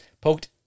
poked